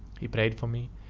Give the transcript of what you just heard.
he prayed for me,